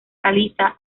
caliza